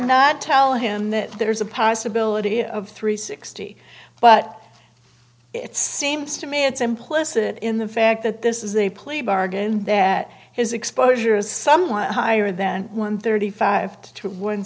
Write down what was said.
not tell him that there's a possibility of three sixty but it seems to me it's implicit in the fact that this is a plea bargain and that his exposure is somewhat higher than one thirty five to one